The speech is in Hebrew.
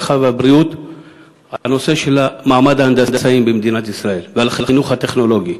הרווחה והבריאות על מעמד ההנדסאים במדינת ישראל ועל החינוך הטכנולוגי.